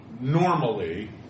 normally